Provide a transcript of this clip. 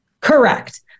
Correct